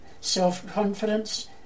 self-confidence